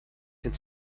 den